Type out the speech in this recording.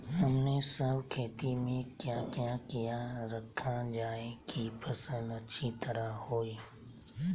हमने सब खेती में क्या क्या किया रखा जाए की फसल अच्छी तरह होई?